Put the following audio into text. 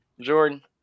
Jordan